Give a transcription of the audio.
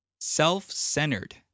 Self-centered